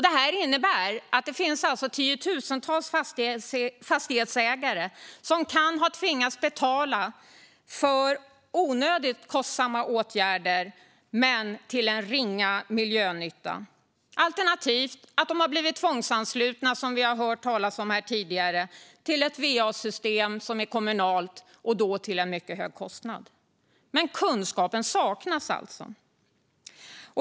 Det innebär att tiotusentals fastighetsägare kan ha tvingats betala för onödigt kostsamma åtgärder men till ringa miljönytta alternativt att de till en mycket hög kostnad har blivit tvångsanslutna till ett kommunalt va-system, som vi har hört talas om här tidigare. Men kunskapen saknas alltså.